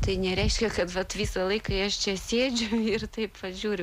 tai nereiškia kad visą laiką aš čia sėdžiu ir taip va žiūriu